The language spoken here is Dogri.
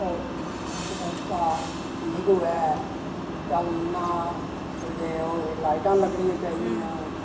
और रस्ता ठीक होऐ चलना ते और लाईटां लगरियां चाही दियां